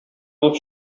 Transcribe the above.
булып